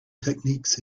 techniques